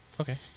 Okay